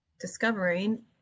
discovering